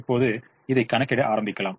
இப்போது இதை கணக்கிட ஆரம்பிக்கலாம்